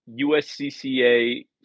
USCCA